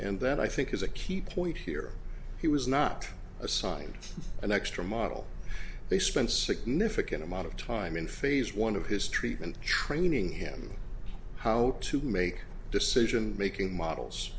and that i think is a key point here he was not assigned an extra model they spent a significant amount of time in phase one of his treatment training him how to make decision making models